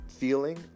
feeling